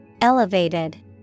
Elevated